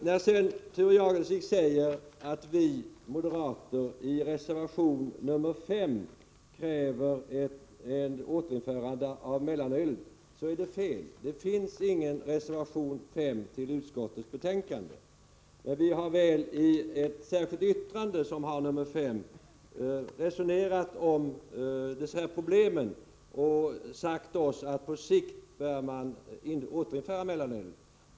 När sedan Thure Jadestig säger att vi moderater i reservation 5 kräver ett återinförande av mellanölet är det fel. Det finns ingen reservation 5 till skatteutskottets betänkande. Men vi har väl i ett särskilt yttrande, som har nr 5, resonerat om dessa problem och sagt, att man på sikt bör återinföra mellanölet.